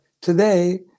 today